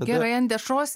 gerai ant dešros